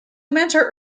mentor